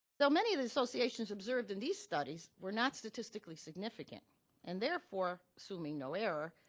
though many of the associations observed in these studies were not statistically significant and therefore, assuming no error,